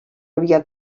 aviat